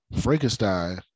Frankenstein